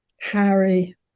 Harry